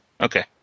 Okay